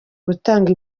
gutanga